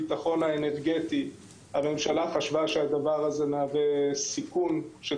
הממשלה חשבה שזה מהווה סיכון מבחינת